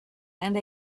and